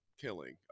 killing